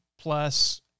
Plus